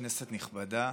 כנסת נכבדה,